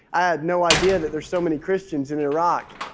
i had no idea that there's so many christians in iraq.